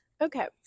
okay